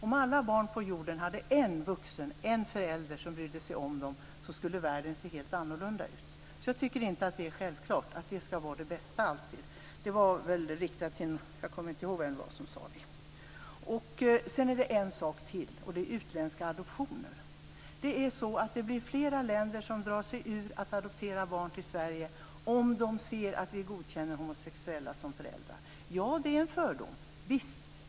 Om alla barn på jorden hade en vuxen, en förälder, som brydde sig om dem skulle världen se helt annorlunda ut. Jag tycker alltså inte att det är självklart att en familj alltid skall vara det bästa. När det gäller utländska adoptioner blir det flera länder som drar sig ur adoption till Sverige om de ser att vi godkänner homosexuella som adoptionsföräldrar. Javisst, det är en fördom.